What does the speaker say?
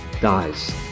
dies